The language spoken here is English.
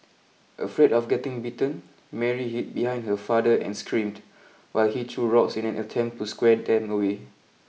afraid of getting bitten Mary hid behind her father and screamed while he threw rocks in an attempt to scare them away